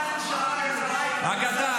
את האגדה הזו שמענו.